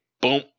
boom